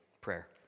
prayer